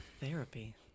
Therapy